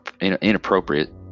inappropriate